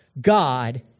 God